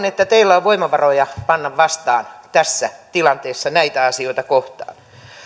että teillä on voimavaroja panna vastaan tässä tilanteessa näitä asioita kohtaan